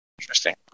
Interesting